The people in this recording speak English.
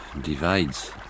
divides